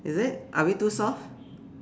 is it are we too soft